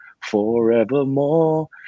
forevermore